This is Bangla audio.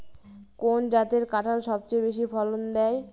কোন জাতের কাঁঠাল সবচেয়ে বেশি ফলন দেয়?